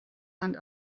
and